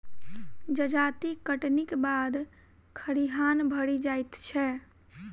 जजाति कटनीक बाद खरिहान भरि जाइत छै